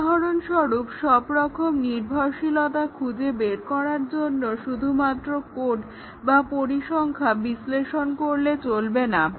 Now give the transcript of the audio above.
উদাহরণস্বরূপ সবরকম নির্ভরশীলতা খুজে বের করার জন্যে শুধুমাত্র কোড বা পরিসংখ্যা বিশ্লেষণ করলে চলবে না